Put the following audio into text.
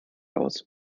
aus